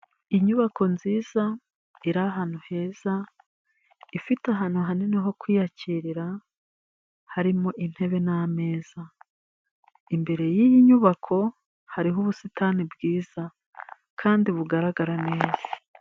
Inyubako nziza iri ahantu heza, ifite ahantu hanini ho kuyakirira, harimo intebe n'ameza. Imbere y'iyi nyubako hariho ubusitani bwiza kandi bugaragara neza.